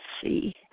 see